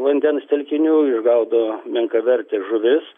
vandens telkinių išgaudavo menkavertes žuvis